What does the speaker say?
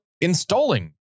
installing